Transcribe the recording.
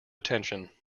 attention